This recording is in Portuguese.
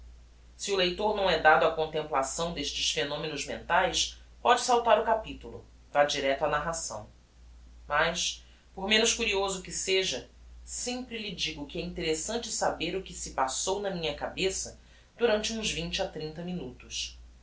se o leitor não é dado á contemplação destes phenomenos mentaes póde saltar o capitulo vá direito á narração mas por menos curioso que seja sempre lhe digo que é interessante saber o que se passou na minha cabeça durante uns vinte a trinta minutos